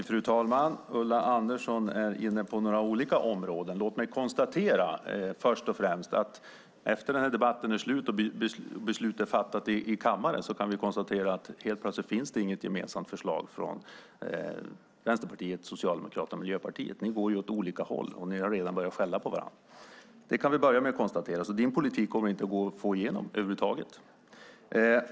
Fru talman! Ulla Andersson är inne på några olika områden. Efter att den här debatten är slut och beslut är fattat i kammaren kan vi konstatera att det helt plötsligt inte finns något gemensamt förslag från Vänsterpartiet, Socialdemokraterna och Miljöpartiet. Ni går åt olika håll, och ni har redan börjat skälla på varandra. Det kan vi börja med att konstatera. Din politik kommer alltså inte att gå att få igenom över huvud taget.